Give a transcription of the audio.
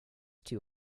too